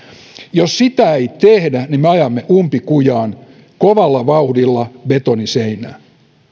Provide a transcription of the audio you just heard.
jos sitä ei tehdä niin me ajamme umpikujaan kovalla vauhdilla betoniseinään